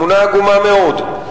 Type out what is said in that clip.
תמונה עגומה מאוד.